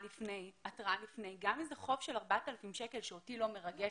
גם אם זה חוב של 4,000 שקלים שאותי לא מרגש,